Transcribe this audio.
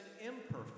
imperfect